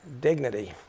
dignity